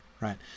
Right